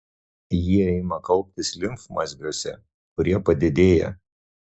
jie ima kauptis limfmazgiuose kurie padidėja